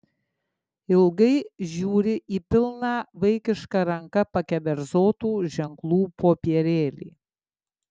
ilgai žiūri į pilną vaikiška ranka pakeverzotų ženklų popierėlį